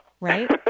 right